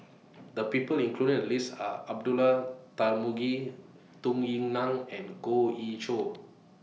The People included in The list Are Abdullah Tarmugi Tung Yue Nang and Goh Ee Choo